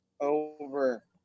over